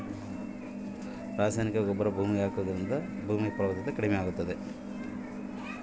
ರಾಸಾಯನಿಕ ಗೊಬ್ಬರ ಭೂಮಿಗೆ ಹಾಕುವುದರಿಂದ ಭೂಮಿಯ ಫಲವತ್ತತೆ ಕಡಿಮೆಯಾಗುತ್ತದೆ ಏನ್ರಿ?